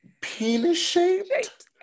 Penis-shaped